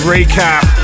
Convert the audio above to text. Recap